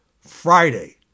Friday